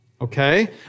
Okay